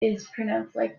like